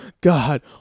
God